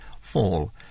fall